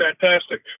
fantastic